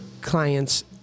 clients